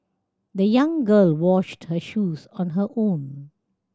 the young girl washed her shoes on her own